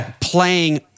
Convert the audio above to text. playing